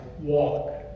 walk